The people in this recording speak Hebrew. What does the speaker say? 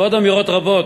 ועוד אמירות רבות.